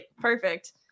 perfect